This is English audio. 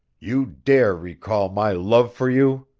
you dare recall my love for you!